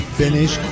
finish